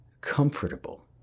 comfortable